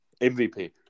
MVP